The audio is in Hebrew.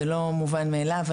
זה לא מובן מאליו.